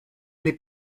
n’est